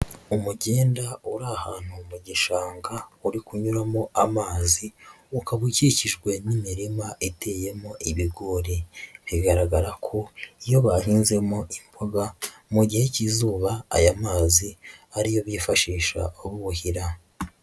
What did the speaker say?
Umugenda uri ahantu mu gishanga uri kunyuramo amazi, ukaba ukikijwe n'imirima iteyemo ibigori, bigaragara ko iyo bahinzemo imboga mu gihe cy'izuba aya mazi ariyo bifashisha buhira.